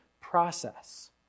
process